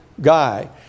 guy